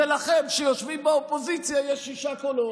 ולכם שיושבים באופוזיציה יש שישה קולות.